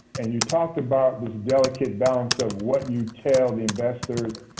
and you talked about this delicate balance of what you tell the investors,